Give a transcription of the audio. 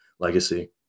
legacy